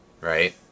Right